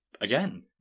again